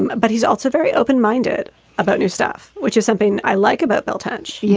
um but he's also very open minded about new stuff, which is something i like about bill touch. yeah